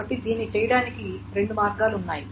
కాబట్టి దీన్ని చేయడానికి రెండు మార్గాలు ఉన్నాయి